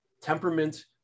temperament